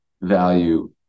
value